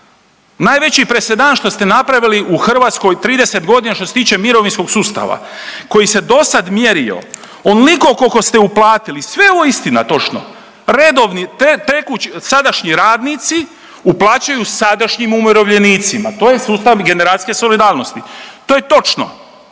najveći presedan što ste napravili u Hrvatskoj 30.g. što se tiče mirovinskog sustava koji se dosad mjerio onoliko koliko ste uplatili, sve je ovo istina točno, redovni, tekući, sadašnji radnici uplaćuju sadašnjim umirovljenicima, to je sustav generacijske solidarnosti, to je točno,